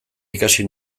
ikasi